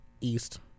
East